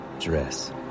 dress